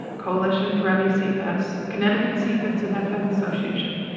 coalition for me cfs, connecticut cfids and fm association,